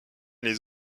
les